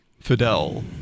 Fidel